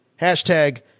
Hashtag